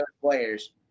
players